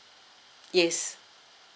yes